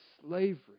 slavery